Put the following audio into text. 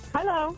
Hello